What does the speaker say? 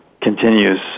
continues